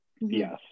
Yes